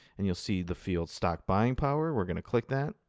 and you'll see the field stock buying power. we're going to click that,